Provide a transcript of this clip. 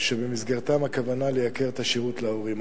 שבמסגרתן הכוונה לייקר את השירות להורים.